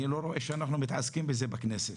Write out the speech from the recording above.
לא רואה שאנחנו מתעסקים בזה בכנסת.